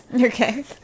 Okay